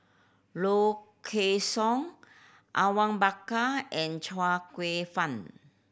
Low Kway Song Awang Bakar and Chia Kwek Fah